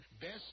Best